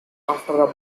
after